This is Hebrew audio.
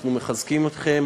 אנחנו מחזקים אתכם,